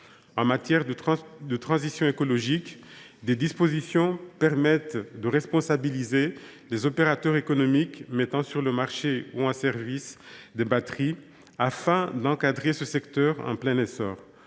En matière de transition écologique, des dispositions visent à responsabiliser les opérateurs économiques mettant sur le marché ou en service des batteries. Voilà qui permettra d’encadrer ce secteur en plein essor.